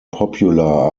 popular